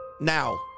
Now